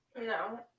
no